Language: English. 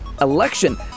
election